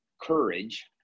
Courage